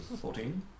fourteen